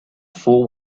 fool